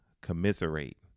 commiserate